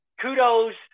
Kudos